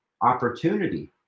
opportunity